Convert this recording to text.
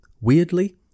weirdly